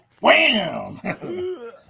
Wham